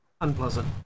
Unpleasant